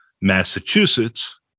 Massachusetts